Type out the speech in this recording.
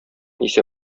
исә